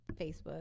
facebook